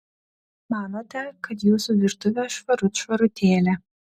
manote kad jūsų virtuvė švarut švarutėlė